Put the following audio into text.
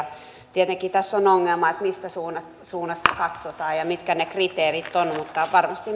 tietenkin tässä on ongelma että mistä suunnasta suunnasta katsotaan ja mitkä ne kriteerit ovat mutta varmasti näihinkin